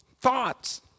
thoughts